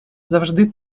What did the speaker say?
завжди